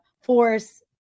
force